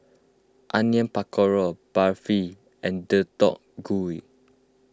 Onion Pakora Barfi and Deodeok Gui